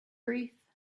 wreath